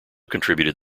contributed